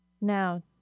Now